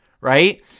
right